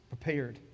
prepared